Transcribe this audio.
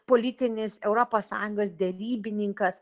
politinis europos sąjungos derybininkas